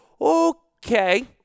Okay